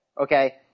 Okay